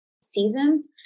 seasons